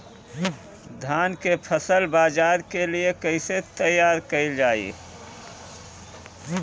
धान के फसल बाजार के लिए कईसे तैयार कइल जाए?